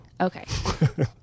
Okay